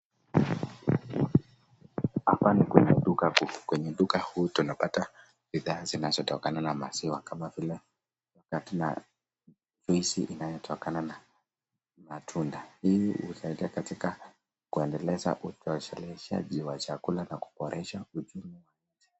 Hapa ni kwenye duka kuu, kwenye duka huu tunapata bidhaa zinazotokana na maziwa, yoghurt na juisi inayotokana na matunda, Hii husaidia katika kuendeleza utoshelezaji wa chakula na kuboresha uchumi wa nchi.